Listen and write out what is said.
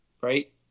right